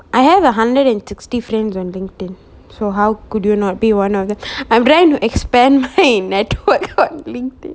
I have a hundred and sixty friend on LinkedIn so how could you not be one of them I'm trying to expand my network on linkedin